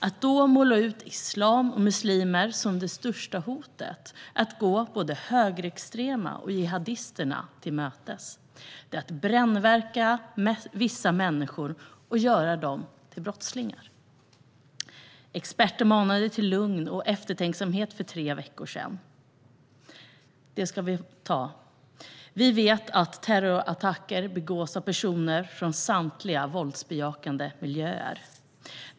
Att då måla ut islam och muslimer som det största hotet är att gå både högerextrema och jihadisterna till mötes. Det är att brännmärka vissa människor och göra dem till brottslingar. Experter manade till lugn och eftertänksamhet för tre veckor sedan. Vi vet att terrorattacker begås av personer från samtliga våldsbejakande miljöer.